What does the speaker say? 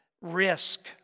risk